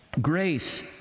Grace